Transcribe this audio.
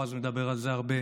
בועז מדבר על זה הרבה,